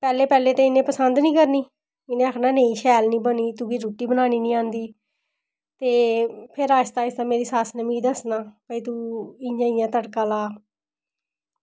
पैह्लें पैह्लें ते में पसंद निं करनी ते में आक्खना नेईं शैल निं बनी तुगी रुट्टी बनाना निं आंदी त फिर आस्ता आस्ता मिगी मेरी सस्स लग्गी दस्सना ते तूं इ'यां गै तड़का ला